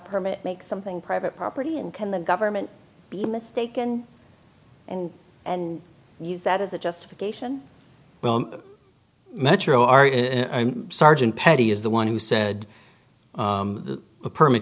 permit makes something private property and can the government be mistaken and and use that as a justification well metro are sergeant petty is the one who said the permit